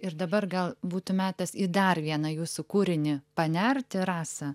ir dabar gal būtų metas į dar vieną jūsų kūrinį panerti rasa